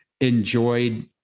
enjoyed